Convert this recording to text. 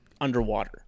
underwater